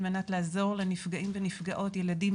על מנת לעזור לנפגעים ונפגעות מבוגרים וילדים,